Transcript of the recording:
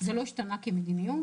זה לא השתנה כמדיניות.